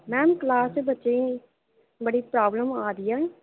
ma'am class दे बच्चे गी बड़ी प्रॉब्लम आवा दी ऐ